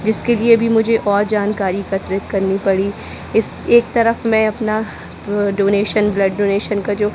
इसके लिए भी मुझे और जानकारी एकत्रित करनी पड़ी इस एक तरफ़ मैं अपना डोनेशन ब्लड डोनेशन का जो